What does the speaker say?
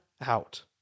out